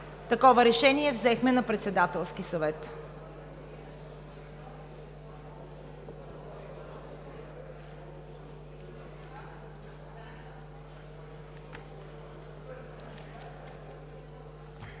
Такова решение взехме на Председателския съвет.